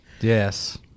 Yes